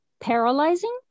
Paralyzing